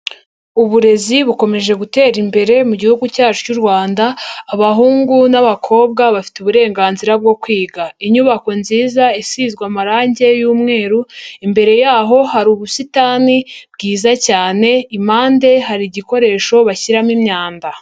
Uburezi bukomeje gutera imbere mugi cyacu cy'u Rwanda, abahungu n'abakobwa bafite uburenganzira bwo kwiga, inyubako nziza isizwe amarange y'umweru, imbere yaho hari ubusitani bwiza cyane, impande hari igikoresho bashyiramo imyanda.